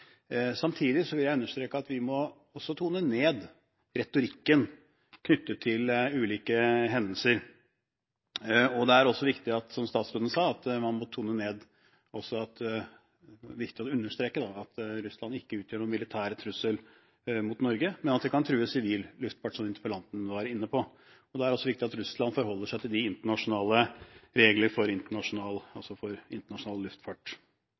Samtidig vil jeg understreke at vi også må tone ned retorikken knyttet til ulike hendelser. Det er også viktig, som statsråden sa, å understreke at Russland ikke utgjør noen militær trussel mot Norge – men at de kan true sivil luftfart, som interpellanten var inne på. Det er også viktig at Russland forholder seg til reglene for internasjonal